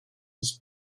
his